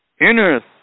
Inner